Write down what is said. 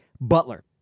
butler